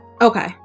okay